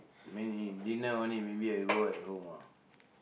maybe dinner only maybe I go at home ah